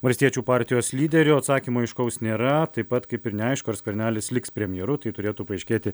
valstiečių partijos lyderio atsakymo aiškaus nėra taip pat kaip ir neaišku ar skvernelis liks premjeru tai turėtų paaiškėti